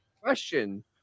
Question